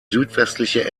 südwestliche